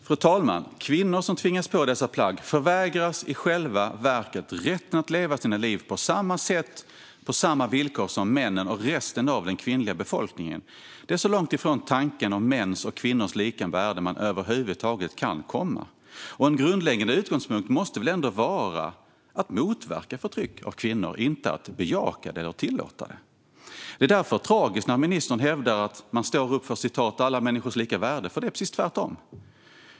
Fru talman! Kvinnor som tvingas på dessa plagg förvägras i själva verket rätten att leva sina liv på samma sätt och på samma villkor som männen och resten av den kvinnliga befolkningen. Det är så långt från tanken om mäns och kvinnors lika värde man över huvud taget kan komma. En grundläggande utgångspunkt måste väl ändå vara att motverka förtryck av kvinnor, inte att bejaka det eller tillåta det. Det är därför tragiskt när ministern hävdar att man står upp för alla människors lika värde. Det är nämligen precis tvärtom.